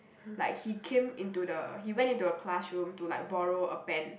like he came into the he went into the classroom to like borrow a pen